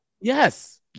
yes